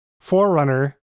forerunner